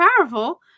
powerful